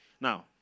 Now